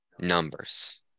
Numbers